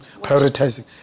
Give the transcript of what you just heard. prioritizing